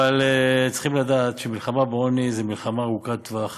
אבל צריכים לדעת שהמלחמה בעוני היא מלחמה ארוכה טווח,